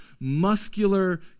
muscular